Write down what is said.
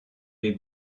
les